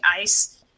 ice